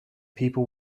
people